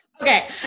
Okay